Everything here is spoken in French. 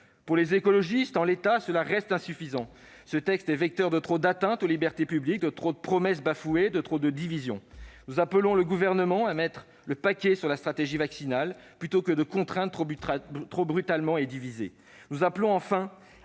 Pour les écologistes, en l'état, cela reste insuffisant. Le texte permettrait trop d'atteintes aux libertés publiques. Il découle de trop de promesses bafouées et créerait trop de divisions. Nous appelons le Gouvernement à « mettre le paquet » sur la stratégie vaccinale plutôt que de contraindre trop brutalement et de diviser. Nous appelons enfin